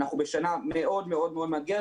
אנחנו בשנה מאוד מאוד מאתגרת,